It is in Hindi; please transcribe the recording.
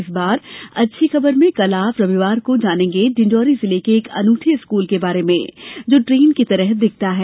इस बार अच्छी खबर में कल रविवार को आप जानेंगें डिंडोरी जिले के एक ऐसे अनूठे स्कूल के बारे में जो ट्रेन की तरह दिखता है